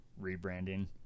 rebranding